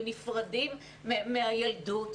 ונפרדים מהילדות,